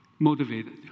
Motivated